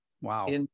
Wow